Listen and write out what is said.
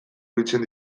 biltzen